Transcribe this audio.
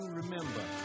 remember